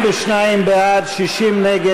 52 בעד, 60 נגד.